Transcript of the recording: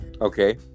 Okay